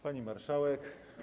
Pani Marszałek!